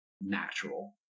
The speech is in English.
natural